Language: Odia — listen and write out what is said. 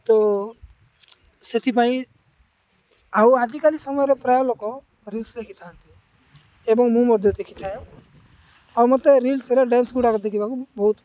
ତ ସେଥିପାଇଁ ଆଉ ଆଜିକାଲି ସମୟରେ ପ୍ରାୟ ଲୋକ ରିଲ୍ସ୍ ଦେଖିଥାନ୍ତି ଏବଂ ମୁଁ ମଧ୍ୟ ଦେଖିଥାଏ ଆଉ ମୋତେ ରିଲ୍ସରେ ଡ୍ୟାନ୍ସଗୁଡ଼ାକ ଦେଖିବାକୁ ବହୁତ ପସନ୍ଦ